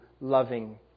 loving